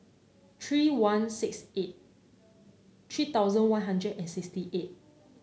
three one six eight three thousand One Hundred and sixty eight